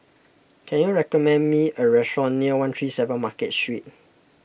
can you recommend me a restaurant near one three seven Market Street